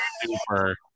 Super